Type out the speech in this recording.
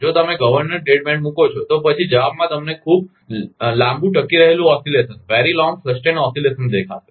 જો તમે governor dead band મૂકો છો તો પછી જવાબમાં તમને ખૂબ લાંબુ ટકી રહેલું ઓસિલેશન દેખાશે